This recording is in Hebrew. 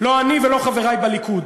לא אני ולא חברי בליכוד,